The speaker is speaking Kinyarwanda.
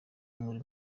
inkuru